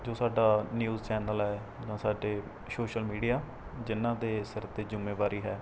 ਜੋ ਸਾਡਾ news channel ਹੈ ਜਾਂ ਸਾਡੇ ਸ਼ੋਸ਼ਲ ਮੀਡੀਆ ਜਿਨ੍ਹਾਂ ਦੇ ਸਿਰ 'ਤੇ ਜ਼ਿੰਮੇਵਾਰੀ ਹੈ